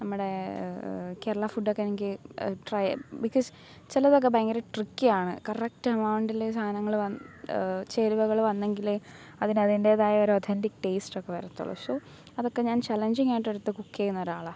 നമ്മുടെ കേരളാ ഫുഡൊക്കെ എനിക്ക് ട്രൈ ബിക്കൊസ് ചിലതൊക്കെ ഭയങ്കര ട്രിക്കിയാണ് കറക്റ്റ് എമൗണ്ടിൽ സാധനങ്ങൾ വന്ന് ചേരുവകൾ വന്നെങ്കിൽ അതിന് അതിൻറ്റേതായ ഒരൊധൻറ്റിക്ക് ട്ടേസ്റ്റൊക്കെ വരത്തുള്ളു സൊ അതൊക്കെ ഞാൻ ചലെഞ്ചിങ്ങായിട്ടെടുത്ത് കുക്ക് ചെയ്യുന്നൊരാളാണ്